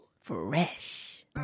Fresh